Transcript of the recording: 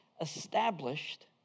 established